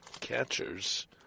catchers